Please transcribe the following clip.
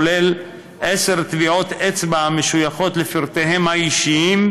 כולל עשר טביעות אצבע המשויכות לפרטיהם האישיים,